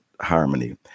harmony